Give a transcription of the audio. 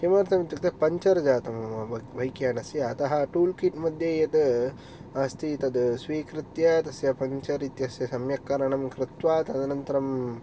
किमर्थम् इत्युक्ते पञ्चर् जातं मम बैक् बैक् यानस्य अतः टूल् किट् मध्ये यद् अस्ति तद् स्वीकृत्य तस्य पञ्चर् इत्यस्य सम्यक्करणं कृत्वा तदनन्तरम्